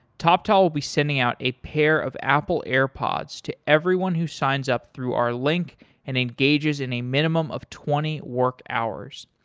toptal will be sending out a pair of apple airpods to everyone who signs up through our link and engages in a minimum of twenty work hours.